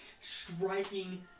striking